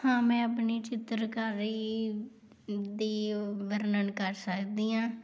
ਹਾਂ ਮੈਂ ਆਪਣੀ ਚਿੱਤਰਕਾਰੀ ਦੀ ਵਰਣਨ ਕਰ ਸਕਦੀ ਹਾਂ